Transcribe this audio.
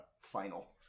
final